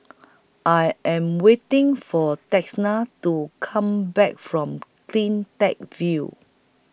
I Am waiting For Texanna to Come Back from CleanTech View